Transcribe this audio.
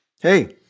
Hey